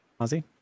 Ozzy